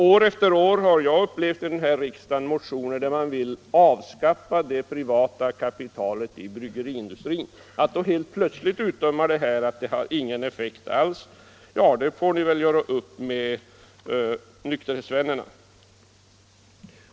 År efter år har det i riksdagen väckts motioner vari det yrkats på ett avskaffande av det privata kapitalet i bryggeriindustrin. Men nu plötsligt säger ni att ett sådant här köp inte har någon nykterhetspolitisk effekt alls. Den saken får ni väl göra upp med nykterhetsvännerna.